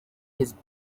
his